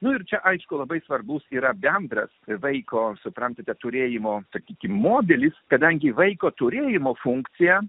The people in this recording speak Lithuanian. ir čia aišku labai svarbus yra bendras vaiko suprantate turėjimo sakykime modelis kadangi vaiko turėjimo funkcija